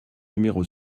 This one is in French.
numéro